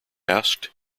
asked